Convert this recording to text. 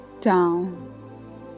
down